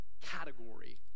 category